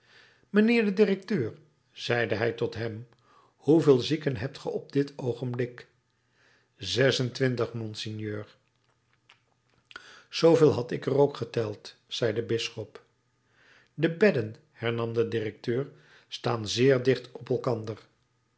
mijnheer de directeur zeide hij tot hem hoeveel zieken hebt ge op dit oogenblik zes en twintig monseigneur zooveel had ik er ook geteld zei de bisschop de bedden hernam de directeur staan zeer dicht op elkander